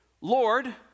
Lord